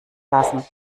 lassen